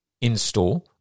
in-store